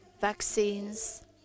vaccines